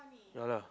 ya lah